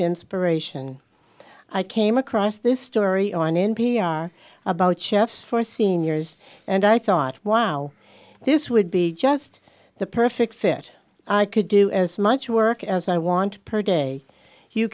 inspiration i came across this story on n p r about chefs for seniors and i thought wow this would be just the perfect fit i could do as much work as i want to per day you